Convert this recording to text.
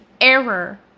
error